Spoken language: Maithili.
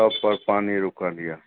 चौकपर पानि रुकल यए